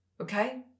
Okay